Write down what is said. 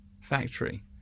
factory